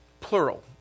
Plural